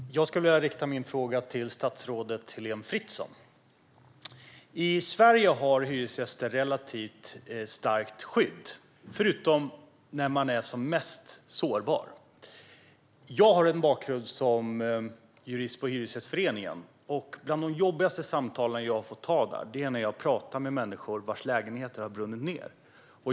Herr talman! Jag skulle vilja rikta min fråga till statsrådet Heléne Fritzon. I Sverige har hyresgäster relativt starkt skydd, förutom när de är som mest sårbara. Jag har en bakgrund som jurist på Hyresgästföreningen. Bland de jobbigaste samtalen jag har fått ta är när jag har pratat med människor vars lägenheter har brunnit ned.